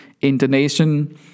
intonation